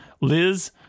Liz